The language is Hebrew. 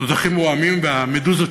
התותחים רועמים והמדוזות